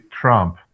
Trump